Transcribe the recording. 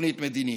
לתוכנית מדינית.